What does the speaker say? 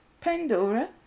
Pandora